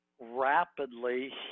rapidly